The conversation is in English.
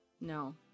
no